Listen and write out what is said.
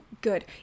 good